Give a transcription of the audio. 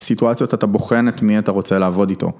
סיטואציות אתה בוחן מי אתה רוצה לעבוד איתו.